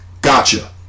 gotcha